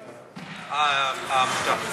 העמותה.